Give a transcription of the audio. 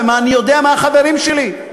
ואני יודע מה החברים שלי,